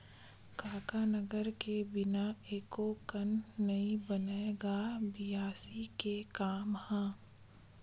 कका नांगर के बिना एको कन नइ बनय गा बियासी के काम ह?